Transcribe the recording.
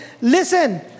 listen